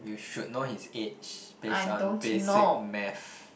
you should know his age base on basic math